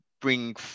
bring